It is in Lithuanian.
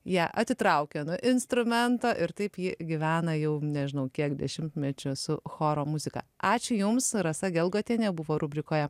ją atitraukia nuo instrumento ir taip ji gyvena jau nežinau kiek dešimtmečių su choro muzika ačiū jums rasa gelgotienė buvo rubrikoje